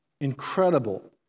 incredible